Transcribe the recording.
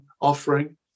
offering